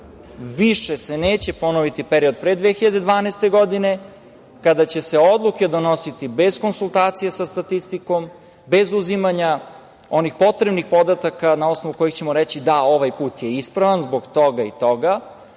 više neće ponoviti period pre 2012. godine, kad će se odluke donositi bez konsultacija sa statistikom, bez uzimanja onih potrebnih podataka na osnovu kojih ćemo reći - da, ovaj put je ispravan zbog toga i toga,